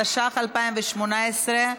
התשע"ח 2018,